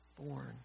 born